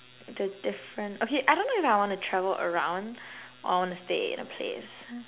the different okay I don't know if I want to travel around or I want to stay in a place